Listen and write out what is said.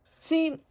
See